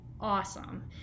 awesome